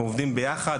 אנחנו עובדים ביחד,